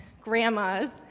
grandmas